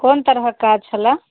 कोन तरहक काज छलऽ